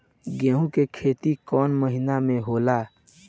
गेहूं के खेती कौन महीना में होला?